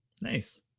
nice